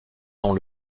dont